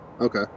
Okay